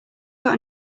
got